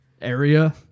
area